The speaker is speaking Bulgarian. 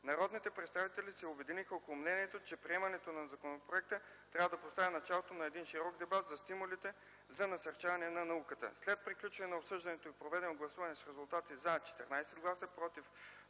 Народните представители се обединиха около мнението, че приемането на законопроекта трябва да постави началото на един широк дебат за стимулите за насърчаване на науката. След приключване на обсъждането и проведено гласуване с резултати „за” - 14 гласа, без „против”